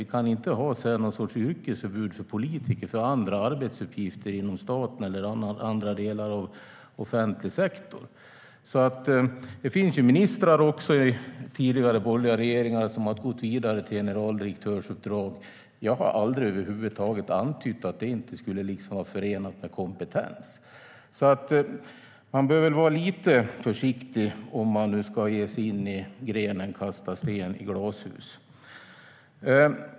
Vi kan inte ha någon sorts yrkesförbud för politiker för andra arbetsuppgifter inom staten eller andra delar av offentlig sektor. Det har också funnits ministrar i tidigare borgerliga regeringar som gått vidare till generaldirektörsuppdrag. Jag har aldrig över huvud taget antytt att detta inte skulle vara förenligt med kompetens. Man bör vara lite försiktig om man ska ge sig in i grenen "kasta sten i glashus".